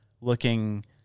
looking